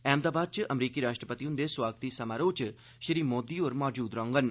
अहमदाबाद च अमरीकी राष्ट्रपति हुन्दे सोआग्ती समारोह च मोदी होर मौजूद रौहंगन